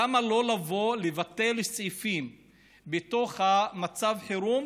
למה לא לבוא ולבטל סעיפים בתוך מצב החירום